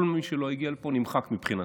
כל מי שלא הגיע לפה, נמחק מבחינתי.